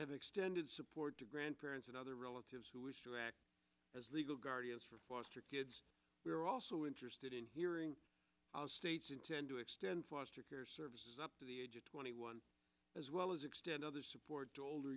have extended support to grandparents and other relatives who wish to act as legal guardians for foster kids we are also interested in hearing states intend to extend foster care services up to the age of twenty one as well as extend other support